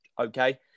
okay